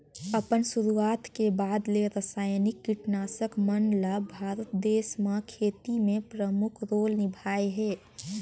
अपन शुरुआत के बाद ले रसायनिक कीटनाशक मन ल भारत देश म खेती में प्रमुख रोल निभाए हे